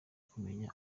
kumenya